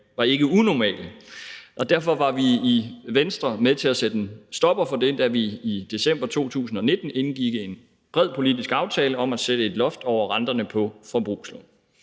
var ikke unormale. Derfor var vi i Venstre med til at sætte en stopper for det, da vi i december 2019 indgik en bred politisk aftale om at sætte et loft over renterne på forbrugslån.